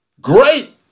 great